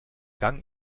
gang